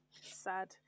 Sad